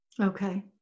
Okay